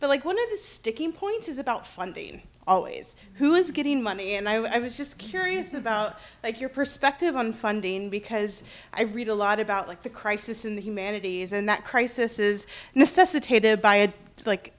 feel like one of the sticking point is about funding always who is getting money and i was just curious about your perspective on funding because i read a lot about like the crisis in the humanities and that crisis is necessitated by it like